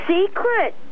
secret